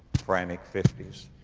frantic fifties,